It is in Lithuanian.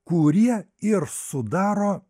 kurie ir sudaro